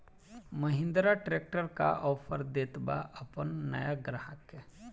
Mahindra tractor का offer देत बा अपना नया ग्राहक के?